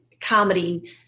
comedy